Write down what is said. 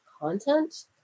content